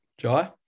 Jai